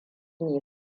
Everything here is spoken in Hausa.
ne